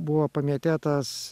buvo pamėtėtas